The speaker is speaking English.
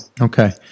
Okay